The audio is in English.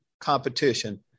competition